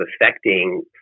affecting